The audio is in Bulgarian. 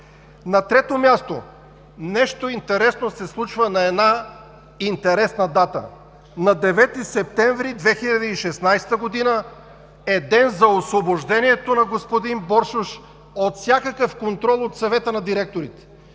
На трето място. Нещо интересно се случва на една интересна дата – 9 септември 2016 г. е ден за освобождението на господин Боршош от всякакъв контрол от Съвета на директорите.